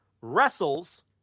wrestles